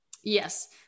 Yes